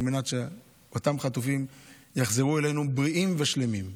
על מנת שאותם חטופים יחזרו אלינו בריאים ושלמים,